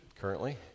currently